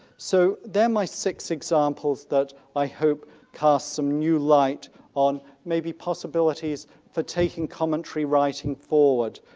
so they're my six examples that i hope cast some new light on maybe possibilities for taking commentary writing forward.